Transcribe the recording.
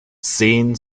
seen